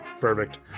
Perfect